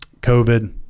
COVID